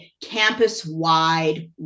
campus-wide